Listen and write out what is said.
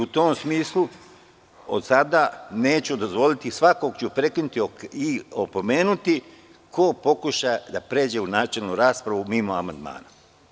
U tom smislu, od sada neću dozvoliti i svakoga ću prekinuti i opomenuti ko pokuša da pređe u načelnu raspravu mimo amandmana.